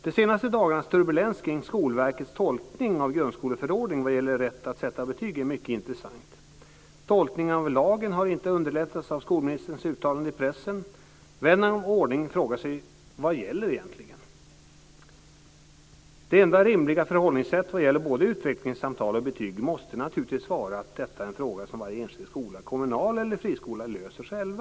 De senaste dagarnas turbulens kring Skolverkets tolkning av grundskoleförordningen när det gäller rätten att sätta betyg är mycket intressant. Tolkningen av lagen har inte underlättats av skolministerns uttalanden i pressen. Vän av ordning frågar sig: Vad gäller egentligen? Det enda rimliga förhållningssättet när det gäller både utvecklingssamtal och betyg måste naturligtvis vara att detta är en fråga som varje enskild skola, kommunal skola eller friskola, löser själv.